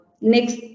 next